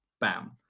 bam